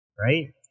Right